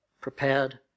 prepared